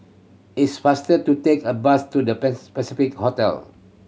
it's faster to take a bus to The Pans Pacific Hotel